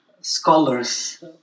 scholars